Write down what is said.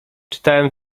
czytałem